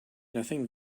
nothing